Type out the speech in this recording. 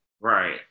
Right